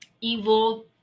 evil